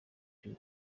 you